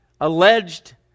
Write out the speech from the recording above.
alleged